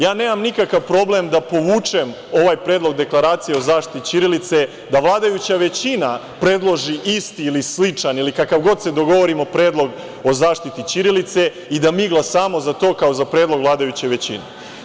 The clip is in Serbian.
Ja nemam nikakav problem da povučem ovaj predlog deklaracije o zaštiti ćirilice, da vladajuća većina predloži isti ili sličan ili kakav god se dogovorimo predlog o zaštiti ćirilice i da mi glasamo za to kao za predlog vladajuće većine.